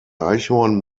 eichhorn